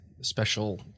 special